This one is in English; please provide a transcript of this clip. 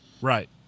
right